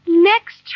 Next